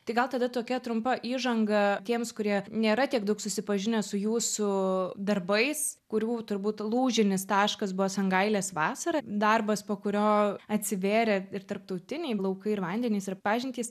tai gal tada tokia trumpa įžanga tiems kurie nėra tiek daug susipažinę su jūsų darbais kurių turbūt lūžinis taškas buvo sangailės vasara darbas po kurio atsivėrė ir tarptautiniai laukai ir vandenys ir pažintys